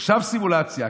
עכשיו סימולציה,